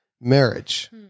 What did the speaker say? marriage